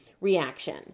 reaction